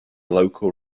local